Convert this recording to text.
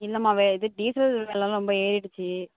இல்லைம்மா வே இது டீசல் விலைலாம் ரொம்ப ஏறிடுச்சு